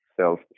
self